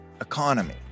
economy